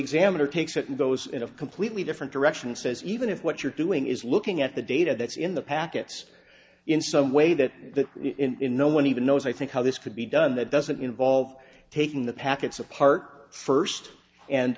examiner takes that those in a completely different direction says even if what you're doing is looking at the data that's in the packets in some way that in no one even knows i think how this could be done that doesn't involve taking the packets apart first and